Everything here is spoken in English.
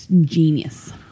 Genius